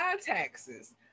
taxes